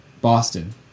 Boston